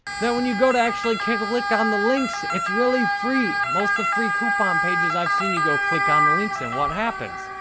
now, when you go to actually click click on the links, it's really free. most of the free coupon pages i've seen, you go click on the links and what happens?